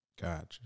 Gotcha